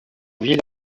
ville